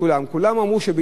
כולם אמרו שביחד